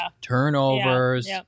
turnovers